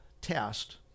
test